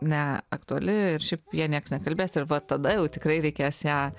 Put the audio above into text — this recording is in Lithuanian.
ne aktuali ir šiaip ja nieks nekalbės ir va tada jau tikrai reikės ją